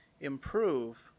improve